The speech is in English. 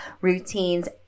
routines